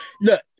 Look